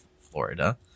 Florida